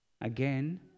Again